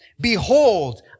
behold